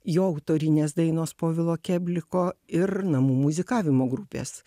jo autorinės dainos povilo kebliko ir namų muzikavimo grupės